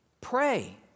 Pray